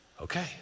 Okay